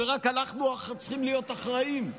ורק אנחנו צריכים להיות אחראיים?